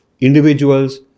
individuals